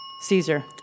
Caesar